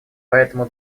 поэтому